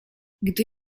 gdy